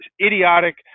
idiotic